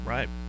Right